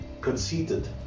conceited